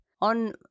On